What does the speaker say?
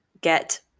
get